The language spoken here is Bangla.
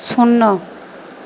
শূন্য